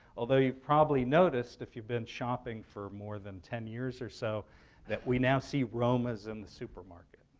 although you've probably noticed if you've been shopping for more than ten years or so that we now see romas in the supermarket.